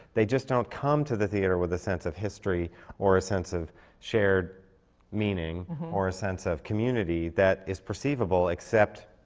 they just don't come to the theatre with a sense of history or a sense of shared meaning or a sense of community that is perceivable, except,